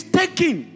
taking